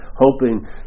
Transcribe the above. hoping